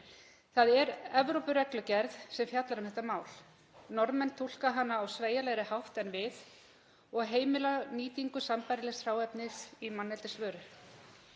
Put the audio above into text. Það er Evrópureglugerð sem fjallar um þetta mál. Norðmenn túlka hana á sveigjanlegri hátt en við og heimila nýtingu sambærilegs hráefnis í manneldisvörur.